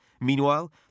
Meanwhile